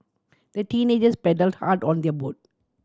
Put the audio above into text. the teenagers paddled hard on their boat